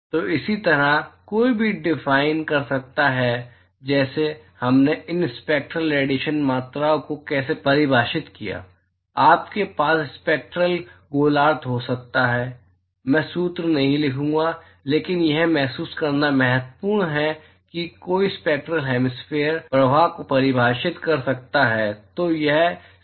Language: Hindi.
तो इसी तरह कोई भी डिफाइन कर सकता है जैसे हमने इन स्पेक्ट्रल रेडिएशन मात्राओं को कैसे परिभाषित किया है आपके पास स्पेक्ट्रल गोलार्ध हो सकता है मैं सूत्र नहीं लिखूंगा लेकिन यह महसूस करना महत्वपूर्ण है कि कोई स्पेक्ट्रल हेमिस्फेयर प्रवाह को परिभाषित कर सकता है